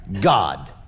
God